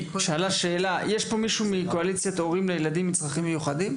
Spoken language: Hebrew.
פה מישהו מקואליציית ההורים לילדים עם צרכים מיוחדים?